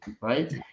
right